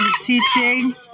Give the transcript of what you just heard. teaching